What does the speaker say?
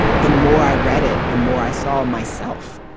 the more i read it the more i saw myself.